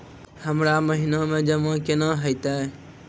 हमरा महिना मे जमा केना हेतै?